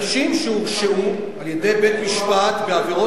אנשים שהורשעו על-ידי בית-משפט בעבירות